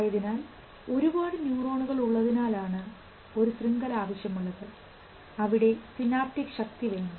ആയതിനാൽ ഒരുപാട് ന്യൂറോണുകൾ ഉള്ളതിനാലാണ് ഒരു ശൃംഖല ആവശ്യമുള്ളത് അവിടെ സിനാപ്റ്റിക് ശക്തി വേണം